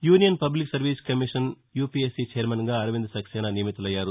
union public service commission UPSC ఛైర్మన్గా అరవింద్ సక్సేనా నియమితులయ్యారు